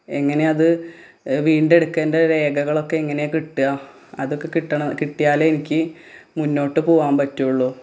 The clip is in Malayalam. എങ്ങനെയാണ് അത് വീണ്ടെടുക്കുക എൻ്റെ രേഖകളൊക്കെ എങ്ങനെയാണ് കിട്ടുക അതൊക്കെ കിട്ടണം കിട്ടിയാലേ എനിക്ക് മുന്നോട്ട് പോവാൻ പറ്റുള്ളൂ